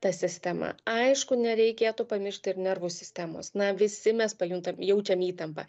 ta sistema aišku nereikėtų pamiršti ir nervų sistemos na visi mes pajuntam jaučiam įtampą